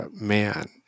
man